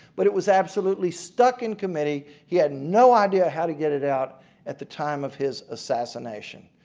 but it was absolutely stuck in committee. he had no idea how to get it out at the time of his assassination.